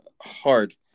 hard